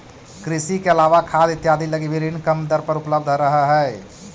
कृषि के अलावा खाद इत्यादि लगी भी ऋण कम दर पर उपलब्ध रहऽ हइ